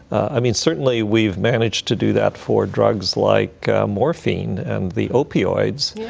i mean, certainly we've managed to do that for drugs like morphine and the opioids.